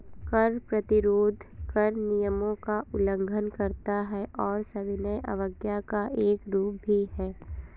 कर प्रतिरोध कर नियमों का उल्लंघन करता है और सविनय अवज्ञा का एक रूप भी है